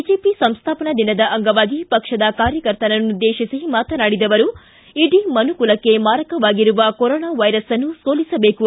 BJP ಸಂಸ್ಥಾಪನಾ ದಿನದ ಅಂಗವಾಗಿ ಪಕ್ಷದ ಕಾರ್ಯಕರ್ತರನ್ನು ಉದ್ದೇಶಿಸಿ ಮಾತನಾಡಿದ ಅವರು ಇಡೀ ಮನುಕುಲಕ್ಕೆ ಮಾರಕವಾಗಿರುವ ಕೊರೊನಾ ವೈರಸ್ನ್ನು ಸೋಲಿಸಬೇಕು